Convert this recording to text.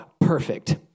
perfect